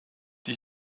die